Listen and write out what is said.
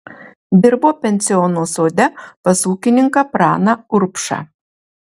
dirbo pensiono sode pas ūkininką praną urbšą